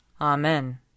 Amen